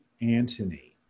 Antony